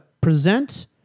Present